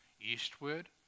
eastward